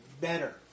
better